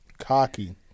Cocky